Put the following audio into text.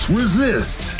resist